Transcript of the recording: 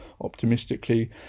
optimistically